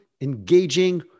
engaging